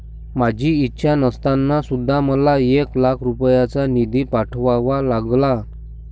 माझी इच्छा नसताना सुद्धा मला एक लाख रुपयांचा निधी पाठवावा लागला